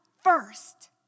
first